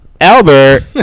Albert